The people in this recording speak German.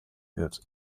wird